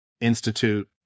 Institute